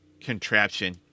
contraption